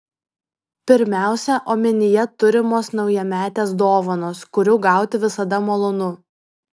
pirmiausia omenyje turimos naujametės dovanos kurių gauti visada malonu